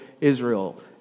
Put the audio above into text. Israel